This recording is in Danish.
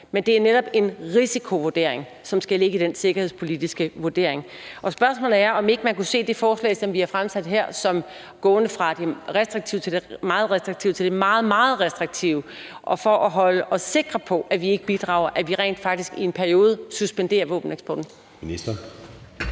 men at det netop er en risikovurdering, som skal ligge i den sikkerhedspolitiske vurdering. Spørgsmålet er, om ikke man kunne se det forslag, som vi har fremsat her, som gående fra det restriktive til det meget restriktive til det meget, meget restriktive, så vi for at være sikre på, at vi ikke bidrager, rent faktisk i en periode suspenderer våbeneksporten. Kl.